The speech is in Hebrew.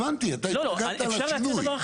הבנתי, אתה התנגדת לשיני.